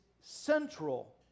central